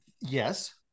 Yes